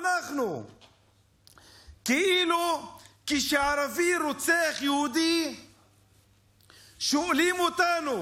כאילו שכשערבי רוצח יהודי שואלים אותנו